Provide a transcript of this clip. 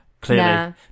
clearly